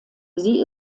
sie